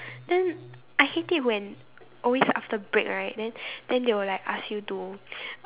then I hate it when always after break right then then they will like ask you to